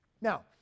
Now